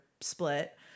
split